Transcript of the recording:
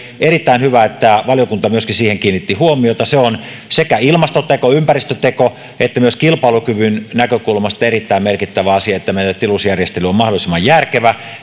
erittäin hyvä että valiokunta myöskin siihen kiinnitti huomiota se on sekä ilmastoteko ympäristöteko että myös kilpailukyvyn näkökulmasta erittäin merkittävä asia että meillä tilusjärjestely on mahdollisimman järkevä